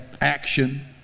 action